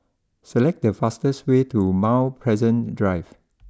select the fastest way to Mount Pleasant Drive